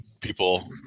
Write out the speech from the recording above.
people